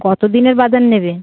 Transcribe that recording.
কতো দিনের বাজার নেবে